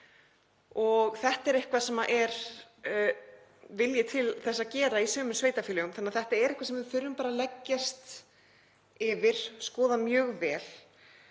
og þetta er eitthvað sem er vilji til þess að gera í sumum sveitarfélögum. Þetta er því eitthvað sem við þurfum bara að leggjast yfir og skoða mjög vel.